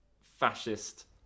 fascist